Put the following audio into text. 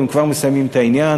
הם כבר מסיימים את העניין,